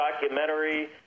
documentary